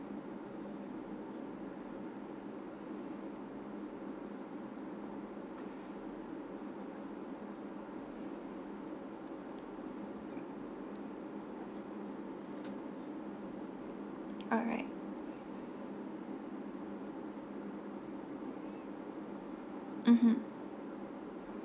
alright mmhmm